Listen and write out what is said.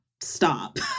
stop